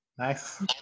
Nice